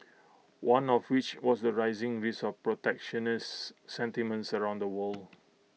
one of which was the rising risk of protectionist sentiments around the world